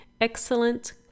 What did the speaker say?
Excellent